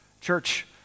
Church